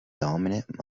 dominant